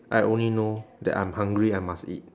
I only know that I'm hungry I must eat